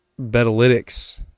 betalytics